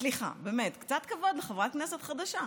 סליחה, באמת, קצת כבוד לחברת כנסת חדשה.